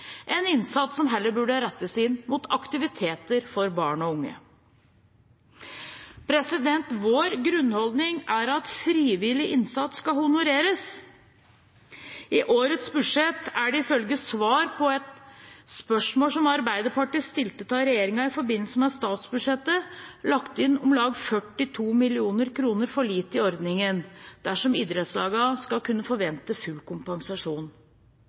en innsats som heller burde rettes inn mot aktiviteter for barn og unge. Vår grunnholdning er at frivillig innsats skal honoreres. I årets budsjett er det, ifølge svar på et spørsmål som Arbeiderpartiet stilte til regjeringen i forbindelse med statsbudsjettet, lagt inn om lag 42 mill. kr for lite i ordningen, dersom idrettslagene skal kunne forvente full kompensasjon.